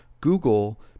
Google